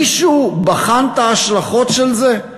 מישהו בחן את ההשלכות של זה?